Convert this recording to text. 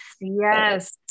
Yes